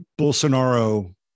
Bolsonaro